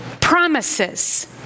promises